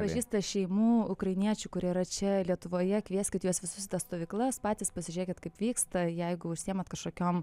pažįsta šeimų ukrainiečių kurie yra čia lietuvoje kvieskit juos visus į tas stovyklas patys pasižiūrėkit kaip vyksta jeigu užsiimat kažkokiom